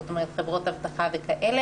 זאת אומרת חברות אבטחה וכולי.